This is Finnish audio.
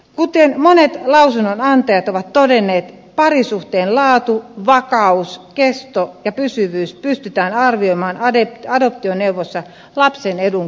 kuten monet lausunnonantajat ovat todenneet parisuhteen laatu vakaus kesto ja pysyvyys pystytään arvioimaan adoptioneuvonnassa lapsen edun kannalta